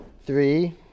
three